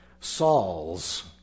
Saul's